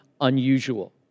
unusual